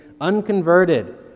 unconverted